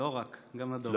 לא רק, גם לדרום.